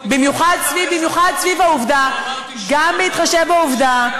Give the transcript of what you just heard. במיוחד סביב העובדה, אמרתי, גם בהתחשב בעובדה,